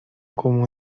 como